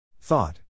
Thought